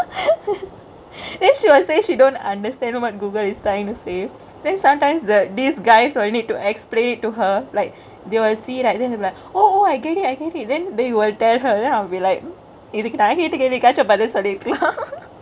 then she will say she don't understand what Google is tryingk to say then sometimes the these guys will you need to explain it to her like they will see like then be like oh oh I get it I get it then they will tell her then I'll be like இதுக்கு நா கேட்ட கேல்விக்காச்சொ பதில் சொல்லிருக்கலா:ithuku naa ketta kelvikacho pathil sollirukalaa